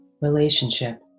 relationship